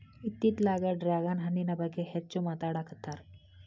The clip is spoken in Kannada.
ಇತ್ತಿತ್ತಲಾಗ ಡ್ರ್ಯಾಗನ್ ಹಣ್ಣಿನ ಬಗ್ಗೆ ಹೆಚ್ಚು ಮಾತಾಡಾಕತ್ತಾರ